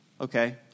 okay